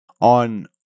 on